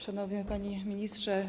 Szanowny Panie Ministrze!